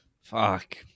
Fuck